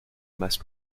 masse